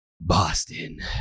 Boston